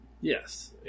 Yes